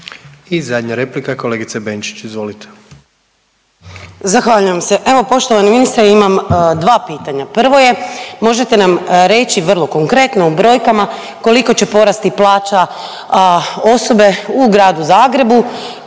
I zadnja replika, kolegice Benčić, izvolite. **Benčić, Sandra (Možemo!)** Zahvaljujem se. Evo, poštovani ministre, imam dva pitanja. Prvo je, možete nam reći vrlo konkretno u brojkama, koliko će porasti plaća osobe u gradu Zagrebu